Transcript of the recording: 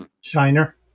Shiner